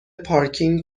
پارکینگ